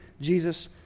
Jesus